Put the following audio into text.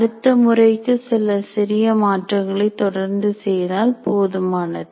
அடுத்த முறைக்கு சில சிறிய மாற்றங்களை தொடர்ந்து செய்தால் போதுமானது